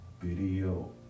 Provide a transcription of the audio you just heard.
video